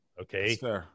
Okay